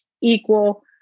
equal